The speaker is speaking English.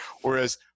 Whereas